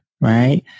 right